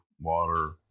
water